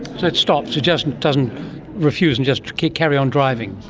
so it stops, it just doesn't refuse and just carry on driving?